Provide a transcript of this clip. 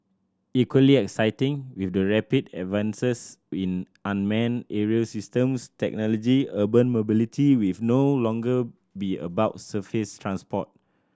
equally exciting with the rapid advances in unmanned aerial systems technology urban mobility will no longer be about surface transport